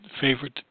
favorite